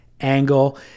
angle